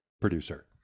producer